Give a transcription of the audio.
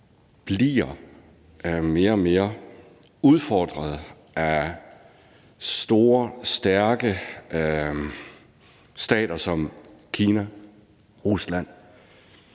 bliver mere og mere udfordret af store, stærke stater som Kina, Rusland,